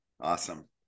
Awesome